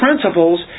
principles